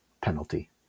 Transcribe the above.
penalty